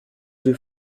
deux